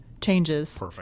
changes